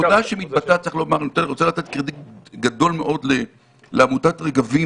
אני רוצה לתת קרדיט גדול מאוד לעמותת רגבים